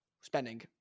spending